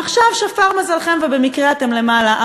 עכשיו שפר מזלכם ובמקרה אתם למעלה,